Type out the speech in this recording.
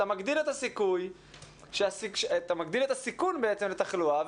אתה מגדיל את הסיכון בעצם לתחלואה,